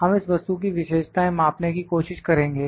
हम इस वस्तु की विशेषताएं मापने की कोशिश करेंगे